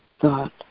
thought